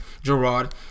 Gerard